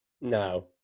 No